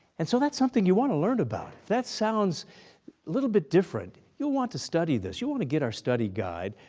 and so, that's something you want to learn about. that sounds a little bit different. you'll want to study this. you'll want to get our study guide,